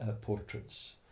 portraits